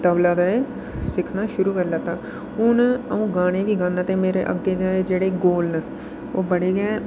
तबला ते सिक्खना शुरु करी लैता ते हून अ'ऊं गाने बी गांदा ते मेरे अग्गे गै जेह्ड़े गोल न ओह् बड़े गै